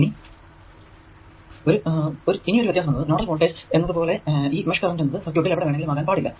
ഇനി ഒരു വ്യത്യാസം എന്നത് നോഡൽ വോൾടേജ് എന്നത് പോലെ ഈ മെഷ് കറന്റ് എന്നത് സർക്യൂട്ടിൽ എവിടെ വേണമെങ്കിലും ആകാൻ പാടില്ല